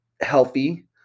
healthy